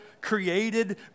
created